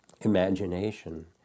imagination